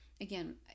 Again